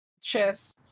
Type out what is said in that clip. chess